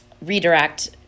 redirect